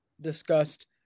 discussed